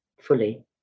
fully